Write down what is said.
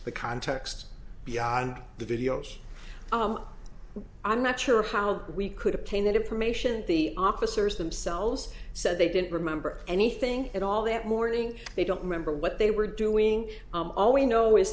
the context beyond the videos i'm not sure how we could obtain that information the officers themselves said they didn't remember anything at all that morning they don't remember what they were doing all we know is